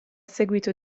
seguito